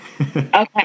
okay